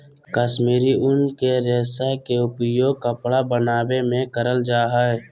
कश्मीरी उन के रेशा के उपयोग कपड़ा बनावे मे करल जा हय